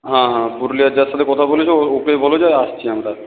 হ্যাঁ হ্যাঁ পুরুলিয়ার যার সাথে কথা বলেছ ওকেই বলো যে আসছি আমরা